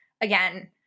again